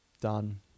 done